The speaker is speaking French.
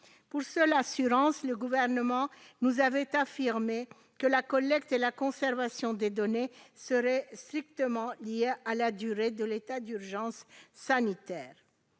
Pour seule assurance, le Gouvernement nous avait affirmé que la collecte et la conservation des données seraient strictement limitées à la durée de l'état d'urgence sanitaire.